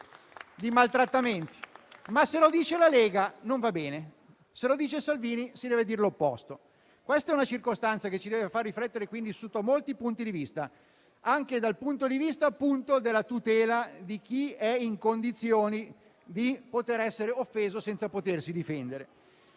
di maltrattamenti. Tuttavia, se lo dice la Lega, non va bene; se lo dice Salvini, si deve dire l'opposto. Quanto accaduto ci deve far riflettere quindi sotto molti punti di vista, anche sul piano della tutela di chi è in condizioni di essere offeso senza potersi difendere.